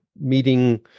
meeting